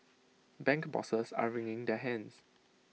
bank bosses are wringing their hands